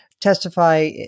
testify